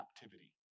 captivity